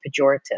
pejorative